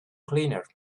cleaner